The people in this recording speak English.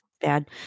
bad